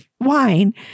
wine